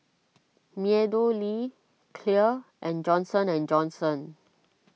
MeadowLea Clear and Johnson and Johnson